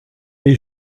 est